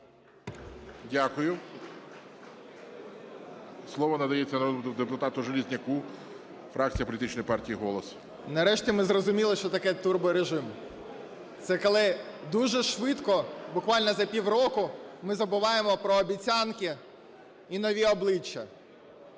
Дякую. Слово надається народному депутату Железняку, фракція політичної партії "Голос". 10:22:17 ЖЕЛЕЗНЯК Я.І. Нарешті, ми зрозуміли, що таке турборежим. Це коли дуже швидко, буквально за півроку, ми забуваємо про обіцянки і нові обличчя,